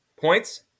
Points